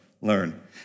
learn